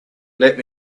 let